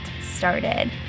started